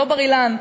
לא בר-אילן,